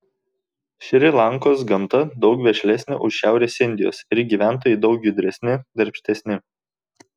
šri lankos gamta daug vešlesnė už šiaurės indijos ir gyventojai daug judresni darbštesni